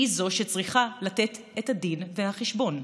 היא שצריכה לתת דין וחשבון.